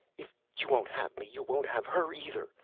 if you won't have me, you won't have her, either!